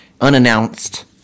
unannounced